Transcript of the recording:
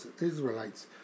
israelites